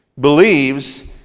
believes